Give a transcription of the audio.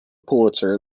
pulitzer